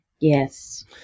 Yes